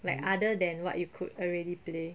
like other than what you could already play